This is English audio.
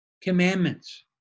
commandments